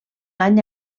any